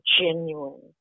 genuine